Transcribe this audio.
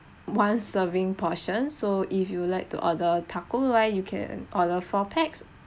one serving portion so if you'd like to order taco right you can order four pax